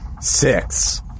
Six